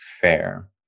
fair